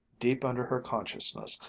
deep under her consciousness,